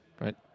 right